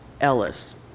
Ellis